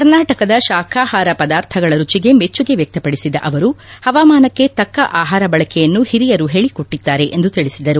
ಕರ್ನಾಟಕದ ಶಾಖಾಹಾರ ಪದಾರ್ಥಗಳ ರುಚಿಗೆ ಮೆಚ್ಚುಗೆ ವ್ಯಕ್ತಪಡಿಸಿದ ಅವರು ಹವಾಮಾನಕ್ಕೆ ತಕ್ಕ ಆಹಾರ ಬಳಕೆಯನ್ನು ಹಿರಿಯರು ಹೇಳಿಕೊಟ್ಟದ್ದಾರೆ ಎಂದು ತಿಳಿಸಿದರು